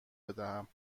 بدم